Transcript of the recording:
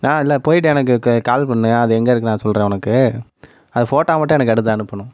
இல்லை போய்ட்டு எனக்கு க கால் பண்ணு அது எங்கே இருக்குதுனு நான் சொல்கிறேன் உனக்கு அது ஃபோட்டா மட்டும் எனக்கு எடுத்து அனுப்பணும்